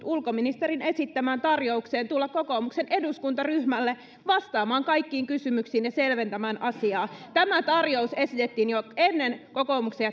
ulkoministerin esittämään tarjoukseen tulla kokoomuksen eduskuntaryhmälle vastaamaan kaikkiin kysymyksiin ja selventämään asiaa tämä tarjous esitettiin jo ennen kokoomuksen